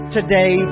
today